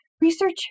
research